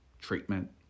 treatment